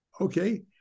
Okay